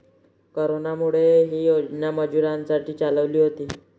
कोरोनामुळे, ही योजना मजुरांसाठी चालवली होती